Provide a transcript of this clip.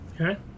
Okay